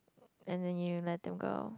and then you let them go